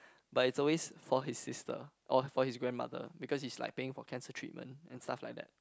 but it's always for his sister or for his grandmother because he's like paying for cancer treatment and stuff like that